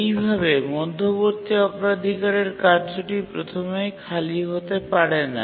এইভাবে মধ্যবর্তী অগ্রাধিকারের কার্যটি প্রথমেই খালি হতে পারে না